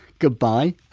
goodbye.